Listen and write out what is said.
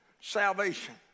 salvation